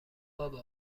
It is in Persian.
بابا